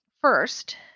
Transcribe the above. First